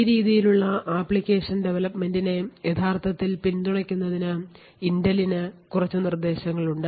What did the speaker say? ഈ രീതിയിലുള്ള ആപ്ലിക്കേഷൻ ഡെവലപ്മെന്റിനെ യഥാർത്ഥത്തിൽ പിന്തുണയ്ക്കുന്നതിന് ഇന്റലിന് കുറച്ച് നിർദ്ദേശങ്ങളുണ്ട്